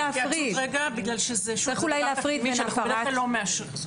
אני רוצה התייעצות כי זה דבר תקדימי שאנחנו בדרך כלל לא מאשרים.